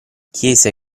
chiese